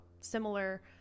similar